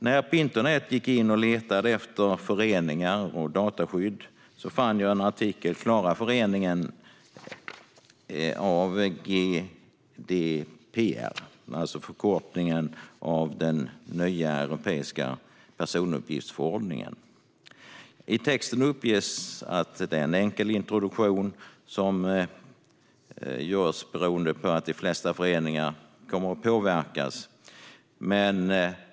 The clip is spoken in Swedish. När jag gick in på internet och letade efter föreningar och dataskydd fann jag en artikel med rubriken "Klarar föreningen GDPR?" Texten uppges vara en enkel introduktion eftersom de flesta föreningar kommer att påverkas.